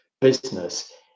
business